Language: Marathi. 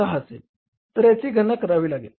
6 असेल तर याची गणना करावी लागेल